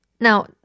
Now